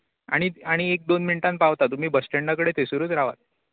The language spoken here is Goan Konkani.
आनी आनी एक दोन मिनटान पावता तुमी बस स्टँडा कडेन थयसरूत रावात